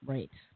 Right